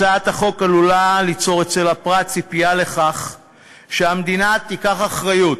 הצעת החוק עלולה ליצור אצל הפרט ציפייה לכך שהמדינה תיקח אחריות